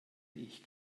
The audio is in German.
ich